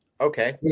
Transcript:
Okay